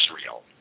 Israel